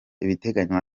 ibiteganywa